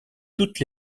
toutes